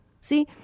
See